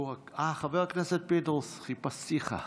חבר הכנסת פינדרוס, חיפשתיך.